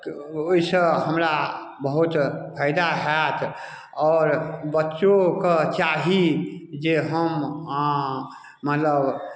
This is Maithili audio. ओहिसँ हमरा बहुत फायदा हैत आओर बच्चोकेँ चाही जे हम मतलब